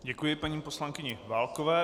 Děkuji paní poslankyni Válkové.